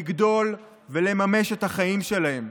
לגדול ולממש את החיים שלהם,